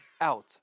out